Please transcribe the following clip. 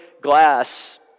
glass